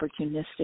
opportunistic